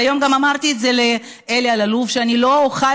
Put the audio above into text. והיום גם אמרתי לאלי אלאלוף שאני לא אוכל